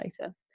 later